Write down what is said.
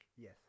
Yes